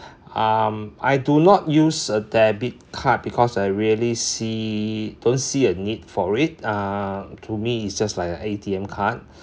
um I do not use a debit card because I really see don't see a need for it um to me it's just like an A_T_M card